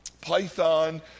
Python